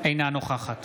אינה נוכחת